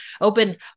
open